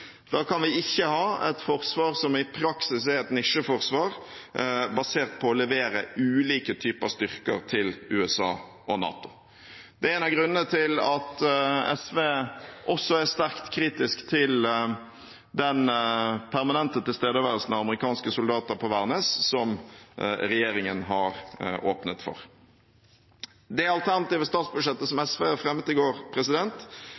Da kan vi ikke ha et forsvar som i praksis er et nisjeforsvar, basert på å levere ulike typer styrker til USA og NATO. Det er en av grunnene til at SV også er sterkt kritisk til den permanente tilstedeværelsen av amerikanske soldater på Værnes, som regjeringen har åpnet for. Det alternative statsbudsjettet som